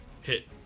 hit